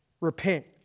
Repent